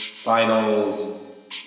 Finals